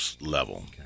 level